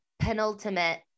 penultimate